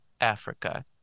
africa